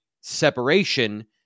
separation